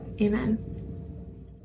amen